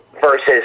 versus